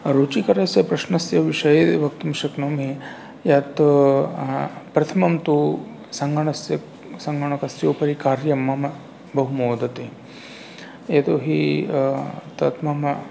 रुचिकरस्य प्रश्नस्य विषये वक्तुं शक्नोमि यत् प्रथमं तु सङ्गणस्य सङ्गणकस्य उपरि कार्य मम बहु मोदते यतोहि तत् मम